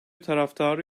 taraftarı